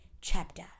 chapter